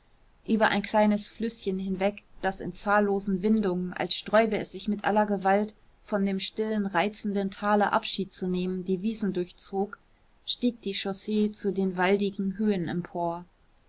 über ein kleines flüßchen hinweg das in zahllosen windungen als sträube es sich mit aller gewalt von dem stillen reizenden tale abschied zu nehmen die wiesen durchzog stieg die chaussee zu den waldigen höhen empor